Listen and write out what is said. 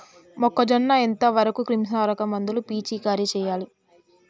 మొక్కజొన్న ఎంత వరకు క్రిమిసంహారక మందులు పిచికారీ చేయాలి?